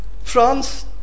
France